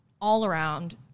all-around